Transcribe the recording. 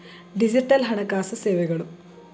digital ಹಣಕಾಸು ಸೇವೆಗಳು